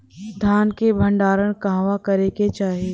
धान के भण्डारण कहवा करे के चाही?